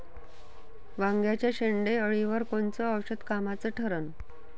वांग्याच्या शेंडेअळीवर कोनचं औषध कामाचं ठरन?